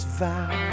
vow